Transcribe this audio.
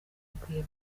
ikwiye